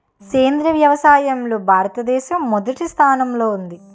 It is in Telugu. సేంద్రీయ వ్యవసాయంలో భారతదేశం మొదటి స్థానంలో ఉంది